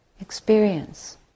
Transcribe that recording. experience